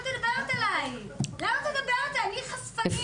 אני חשפנית.